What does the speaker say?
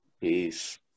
Peace